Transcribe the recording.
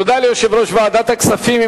תודה ליושב-ראש ועדת הכספים.